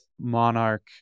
Monarch